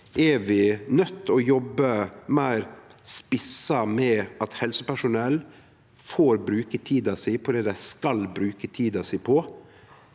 er vi nøydde til å jobbe meir spissa, med at helsepersonell får bruke tida si på det dei skal bruke tida si